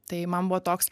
tai man buvo toks